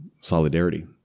solidarity